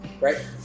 Right